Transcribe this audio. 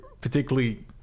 particularly